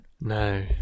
No